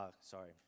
sorry